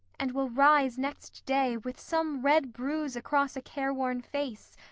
and will rise next day with some red bruise across a careworn face,